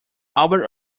albert